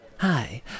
Hi